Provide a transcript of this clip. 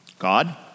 God